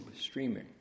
streaming